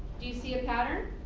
do you see a pattern.